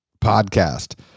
podcast